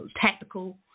tactical